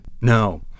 No